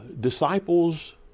disciples